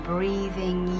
Breathing